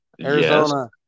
Arizona